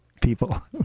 people